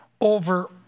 over